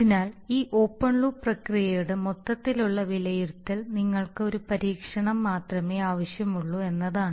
അതിനാൽ ഈ open loop പ്രക്രിയയുടെ മൊത്തത്തിലുള്ള വിലയിരുത്തൽ നിങ്ങൾക്ക് ഒരു പരീക്ഷണം മാത്രമേ ആവശ്യമുള്ളൂ എന്നതാണ്